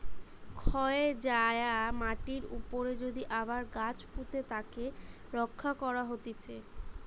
ক্ষয় যায়া মাটির উপরে যদি আবার গাছ পুঁতে তাকে রক্ষা করা হতিছে